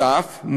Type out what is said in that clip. נוסף על כך,